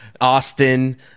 Austin